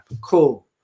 Cool